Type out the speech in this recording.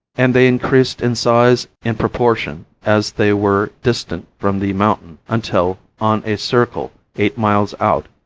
and they increased in size in proportion as they were distant from the mountain until, on a circle eight miles out,